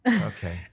Okay